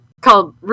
called